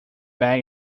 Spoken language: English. bag